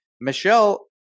Michelle